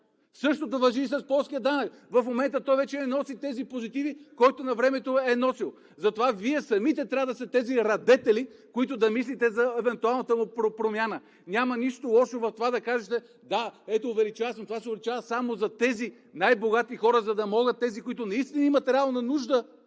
същото важи за плоския данък. В момента той не носи тези позитиви, които навремето е носил, и Вие самите трябва да сте тези радетели, които да мислите за евентуалната му промяна. Няма нищо лошо в това да кажете: да, увеличава се, но се увеличава само за тези най-богати хора, за да могат тези, които наистина имат реална нужда